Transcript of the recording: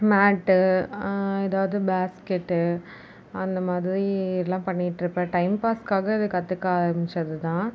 மேட்டு ஏதாவது பேஸ்கட்டு அந்த மாதிரிலாம் பண்ணிகிட்ருப்பன் டைம் பாஸ்க்காக இதை கற்றுக்க ஆரமிச்சது தான்